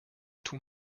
tun